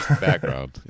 background